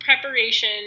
preparation